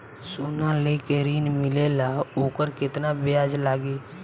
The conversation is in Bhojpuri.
सोना लेके ऋण मिलेला वोकर केतना ब्याज लागी?